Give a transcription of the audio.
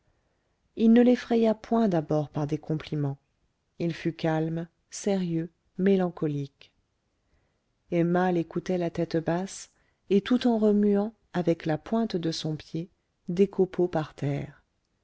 il ne l'effraya point d'abord par des compliments il fut calme sérieux mélancolique emma l'écoutait la tête basse et tout en remuant avec la pointe de son pied des copeaux par terre